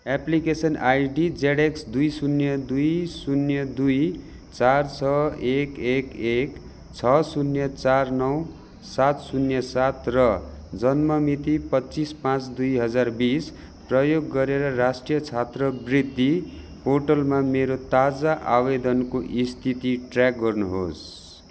application ID Z X दुई शून्य दुई शून्य दुई चार छ एक एक एक छ शून्य चार नौ सात शून्य सात र जन्म मिति पच्चिस पाँच दुई हजार बिस प्रयोग गरेर राष्ट्रिय छात्रवृत्ति पोर्टलमा मेरो ताजा आवेदनको स्थिति ट्रयाक गर्नुहोस्